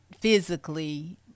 physically